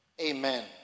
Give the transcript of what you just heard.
Amen